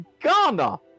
Ghana